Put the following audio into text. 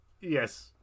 Yes